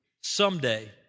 someday